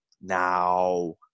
now